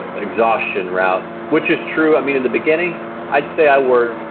exhaustion route, which is true. i mean in the beginning i'd say i worked